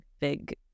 big